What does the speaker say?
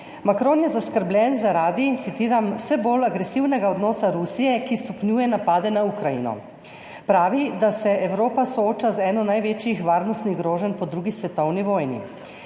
Macron je zaskrbljen zaradi, citiram: »/…/ vse bolj agresivnega odnosa Rusije, ki stopnjuje napade na Ukrajino«. Pravi, da se Evropa sooča z eno največjih varnostnih groženj po drugi svetovni vojni,